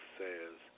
says